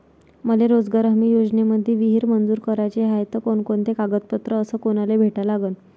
मले रोजगार हमी योजनेमंदी विहीर मंजूर कराची हाये त कोनकोनते कागदपत्र अस कोनाले भेटा लागन?